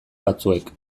batzuek